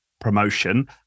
promotion